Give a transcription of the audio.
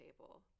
table